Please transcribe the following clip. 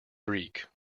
greek